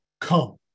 Come